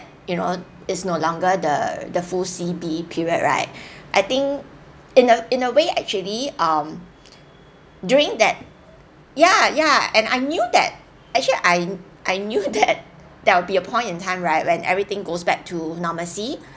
you know is no longer the the full C_B period right I think in a in a way actually um during that yeah yeah and I knew that actually I I knew that there will be a point in time right when everything goes back to normalcy